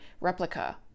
replica